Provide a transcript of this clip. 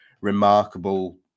remarkable